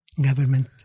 government